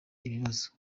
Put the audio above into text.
ibibazo